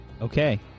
Okay